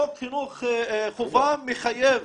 חוק חינוך חובה מחייב